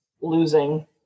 losing